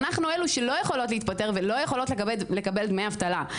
אנחנו אלו שלא יכולות להתפטר ולא יכולות לקבל דמי אבטלה.